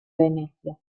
venecia